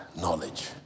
knowledge